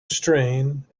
strain